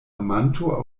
amanto